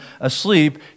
asleep